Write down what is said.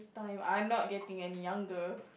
time I'm not getting any younger